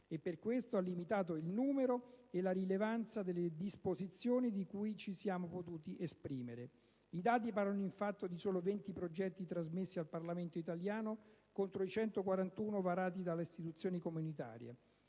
Trattati, ha limitato il numero e la rilevanza delle disposizioni su cui ci siamo potuti esprimere. I dati parlano infatti di soli 20 progetti trasmessi al Parlamento italiano, contro i 141 varati dalle Istituzioni comunitarie.